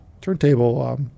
turntable